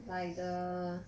like the